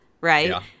right